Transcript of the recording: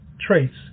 traits